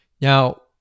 Now